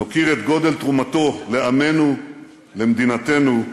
נוקיר את גודל תרומתו לעמנו, למדינתנו.